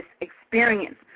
experience